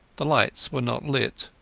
the lights were not lit,